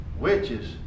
witches